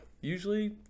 usually